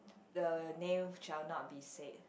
the nail child not be saved